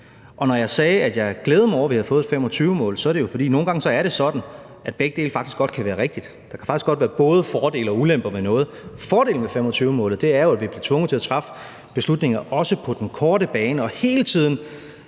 Når jeg sagde, at jeg glædede mig over, at vi havde fået et 2025-mål, er det jo, fordi det nogle gange er sådan, at begge dele faktisk godt kan være rigtige; der kan faktisk godt være både fordele og ulemper ved noget. Fordelen ved 2025-målet er jo, at vi bliver tvunget til at træffe beslutninger, også på den korte bane, og hele tiden